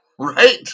Right